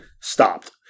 stopped